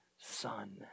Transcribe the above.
son